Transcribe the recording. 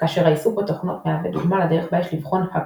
כאשר העיסוק בתוכנות מהווה דוגמה לדרך בה יש לבחון הכל.